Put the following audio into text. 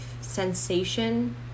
sensation